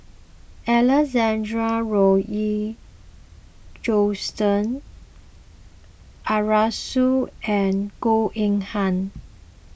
Alexander Laurie Johnston Arasu and Goh Eng Han